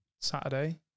saturday